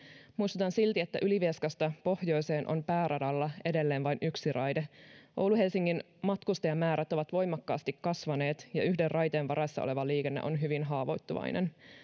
muistutan silti että ylivieskasta pohjoiseen on pääradalla edelleen vain yksi raide oulu helsinki välin matkustajamäärät ovat voimakkaasti kasvaneet ja yhden raiteen varassa oleva liikenne on hyvin haavoittuvainen